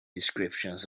descriptions